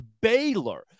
Baylor